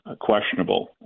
questionable